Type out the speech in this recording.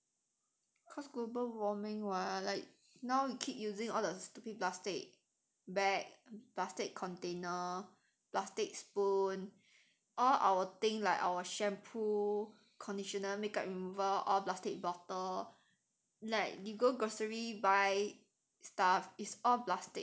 cause global warming [what] like now you keep using all the stupid plastic bag plastic container plastic spoon all our thing like our shampoo conditioner makeup remover or plastic bottle like you go grocery buy stuff it's all plastic [what]